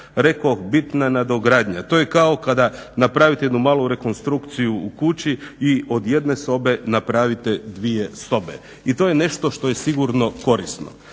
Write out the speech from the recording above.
Rekoh bitna nadogradnja, to je kao da napravite jednu malu rekonstrukciju u kući i od jedne sobe napravite dvije sobe i to je nešto što je sigurno korisno.